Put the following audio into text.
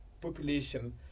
population